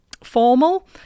formal